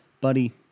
buddy